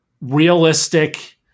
realistic